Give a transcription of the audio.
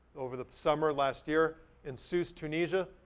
over the summer last year, in sousse, tunisia,